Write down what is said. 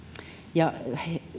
ja